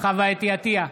חוה אתי עטייה,